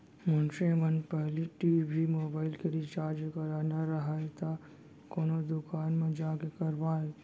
मनसे मन पहिली टी.भी, मोबाइल के रिचार्ज कराना राहय त कोनो दुकान म जाके करवाय